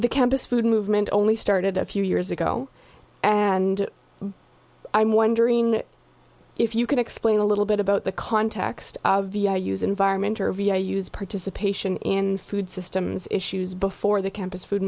the campus food movement only started a few years ago and i'm wondering if you can explain a little bit about the context of the use environment or via use participation in food systems issues before the campus food